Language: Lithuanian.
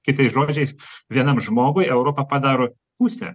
kitais žodžiais vienam žmogui europa padaro pusę